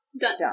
Done